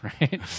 right